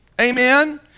Amen